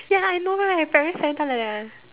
ya I know right parents every time like that one